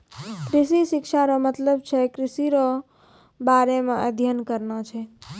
कृषि शिक्षा रो मतलब छै कृषि रो बारे मे अध्ययन करना छै